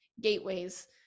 gateways